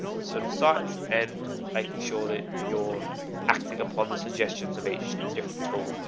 sort of sites and making sure that your acting upon the suggestions of each different tool.